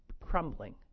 crumbling